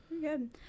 good